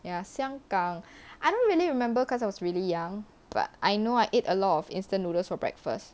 ya 香港 I don't really remember cause I was really young but I know I ate a lot of instant noodles for breakfast